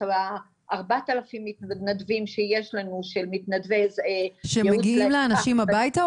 את ארבעת אלפים מתנדבים שיש לנו --- שמגיעים לאנשים הביתה,